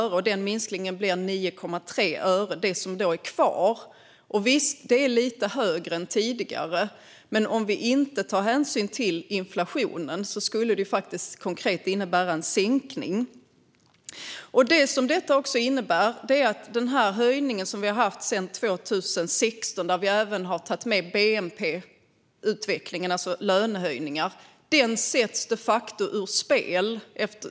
Kvar efter den minskningen blir 9,3 öre. Visst, det är lite högre än tidigare, men att inte ta hänsyn till inflationen skulle konkret innebära en sänkning. Detta innebär också att den höjning som vi haft sedan 2016 - där vi även tagit med bnp-utvecklingen, alltså lönehöjningar - de facto sätts ur spel.